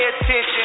attention